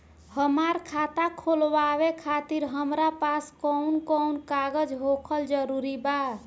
हमार खाता खोलवावे खातिर हमरा पास कऊन कऊन कागज होखल जरूरी बा?